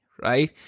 right